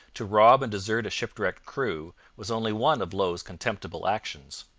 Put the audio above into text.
to rob and desert a shipwrecked crew was only one of low's contemptible actions.